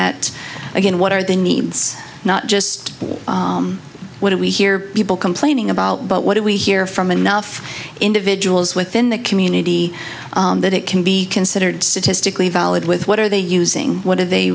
at again what are the needs not just what do we hear people complaining about but what do we hear from enough individuals within that community that it can be considered statistically valid with what are they using what are they